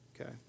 Okay